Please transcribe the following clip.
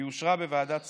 היא אושרה בוועדת שרים,